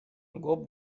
гоп